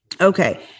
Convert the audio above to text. Okay